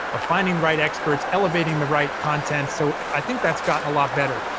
of finding the right experts, elevating the right content, so i think that's gotten a lot better.